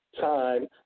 time